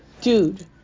dude